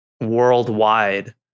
worldwide